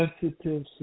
sensitive